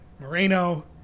Moreno